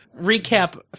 recap